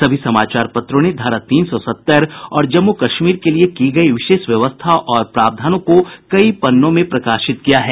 सभी समाचार पत्रों ने धारा तीन सौ सत्तर और जम्मू कश्मीर के लिए की गयी विशेष व्यवस्था और प्रावधानों को कई पन्नों में प्रकाशित किया है